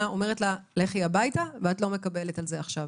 אומרת לה: לכי הביתה ואת לא מקבלת על זה עכשיו.